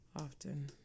often